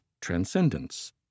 transcendence